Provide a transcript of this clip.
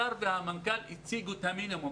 השר והמנכ"ל הציגו את המינימום.